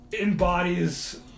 embodies